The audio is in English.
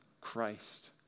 Christ